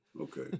Okay